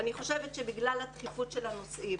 אני חושבת שבגלל הדחיפות של הנושאים